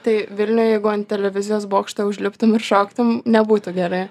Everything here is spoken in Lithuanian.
tai vilniuj jeigu ant televizijos bokšto užliptum ir šoktum nebūtų gerai